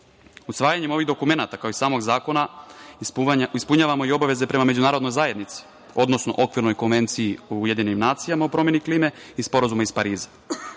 Usvajanjem ovih dokumenata, kao i samog zakona ispunjavamo i obaveze prema međunarodnoj zajednici, odnosno Okvirnoj konvenciji Ujedinjenih nacija o promeni klime i Sporazuma iz Pariza.